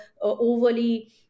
overly